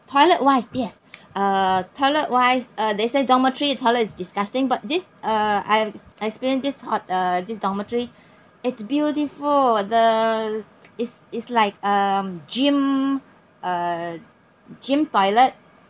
toilet wise yes uh toilet wise uh they say dormitory the toilet is disgusting but this uh I experience this hot~ uh this dormitory it's beautiful the it's it's like um gym uh gym toilet